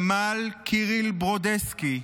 סמל קיריל ברודסקי,